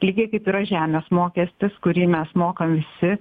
lygiai kaip yra žemės mokestis kurį mes mokam visi